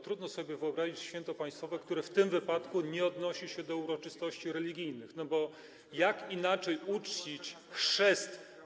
Trudno sobie wyobrazić święto państwowe, które w tym wypadku nie odnosi się do uroczystości religijnych, bo jak inaczej uczcić chrzest.